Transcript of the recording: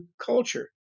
culture